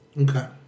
Okay